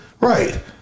right